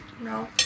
No